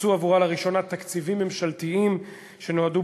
הוקצו עבורה לראשונה תקציבים ממשלתיים שנועדו,